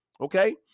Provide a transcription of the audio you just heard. Okay